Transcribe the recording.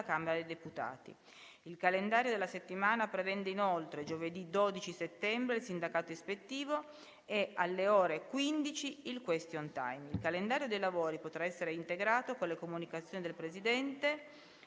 Camera dei deputati. Il calendario della settimana prevede inoltre, giovedì 12 settembre, il sindacato ispettivo e, alle ore 15, il *question time*. Il calendario dei lavori potrà essere integrato con le comunicazioni del Presidente,